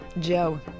Joe